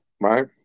right